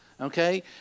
okay